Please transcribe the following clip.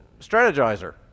strategizer